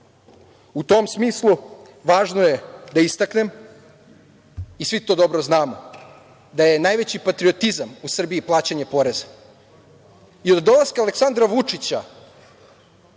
tom smislu, važno je da istaknem, i svi to dobro znamo, da je najveći patriotizam u Srbiji plaćanje poreza. Od dolaska Aleksandra Vučića